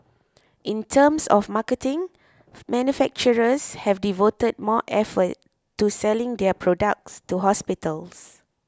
in terms of marketing manufacturers have devoted more effort to selling their products to hospitals